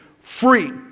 free